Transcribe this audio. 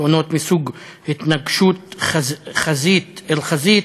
בתאונות מסוג התנגשות חזית אל חזית,